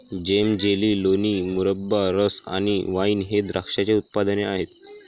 जेम, jelly, लोणी, मुरब्बा, रस आणि वाइन हे द्राक्षाचे उत्पादने आहेत